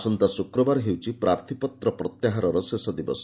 ଆସନ୍ତା ଶୁକ୍ରବାର ହେଉଛି ପ୍ରାର୍ଥୀପତ୍ର ପ୍ରତ୍ୟାହାରର ଶେଷ ଦିବସ